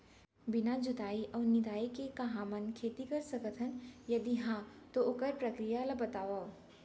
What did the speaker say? बिना जुताई अऊ निंदाई के का हमन खेती कर सकथन, यदि कहाँ तो ओखर प्रक्रिया ला बतावव?